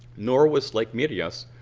nor was like mirios,